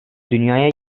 dünyaya